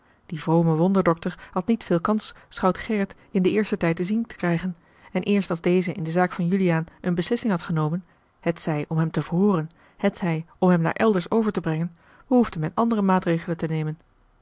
die vrome wonderdokter had niet veel kans schout gerrit in den eersten tijd te zien te krijgen en eerst als deze in de zaak van juliaan eene beslissing had genomen hetzij om hem te verhooren hetzij om hem naar elders over te brengen behoefde men andere maatregelen te nemen